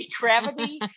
Gravity